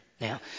Now